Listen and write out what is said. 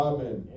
Amen